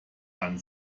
dann